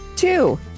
Two